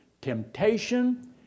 temptation